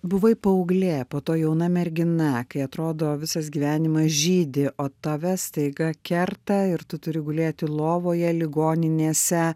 buvai paauglė po to jauna mergina kai atrodo visas gyvenimas žydi o tave staiga kerta ir tu turi gulėti lovoje ligoninėse